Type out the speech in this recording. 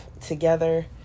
together